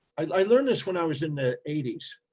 i learned this when i was in the eighties,